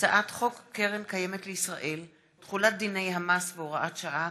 הצעת חוק קרן קיימת לישראל (תחולת דיני המס והוראת שעה),